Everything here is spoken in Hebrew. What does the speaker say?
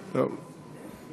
לא,